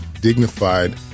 dignified